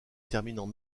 terminant